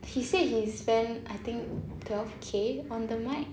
he said he spent I think twelve K on the mic